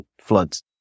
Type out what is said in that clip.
floods